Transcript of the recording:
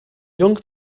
young